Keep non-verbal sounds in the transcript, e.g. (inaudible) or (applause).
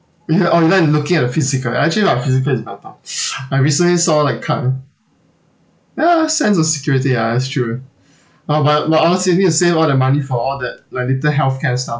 you're online and looking at the physical and actually my physical is better (noise) I recently saw like ya sense of security ah that's true uh but but honestly I need to save all the money for all that like little healthcare stuff